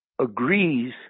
agrees